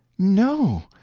no!